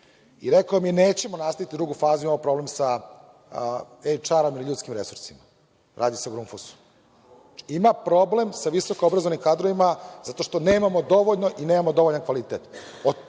i rekao mi je – nećemo nastaviti drugu fazu, imamo problem sa HR i ljudskim resursima. Radi se o Grundfos-u. Ima problem sa visokoobrazovanim kadrovima zato što nemamo dovoljno i nemamo dovoljan kvalitet.